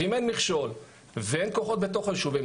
אם אין מכשול ואין כוחות בתוך היישובים,